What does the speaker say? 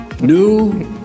New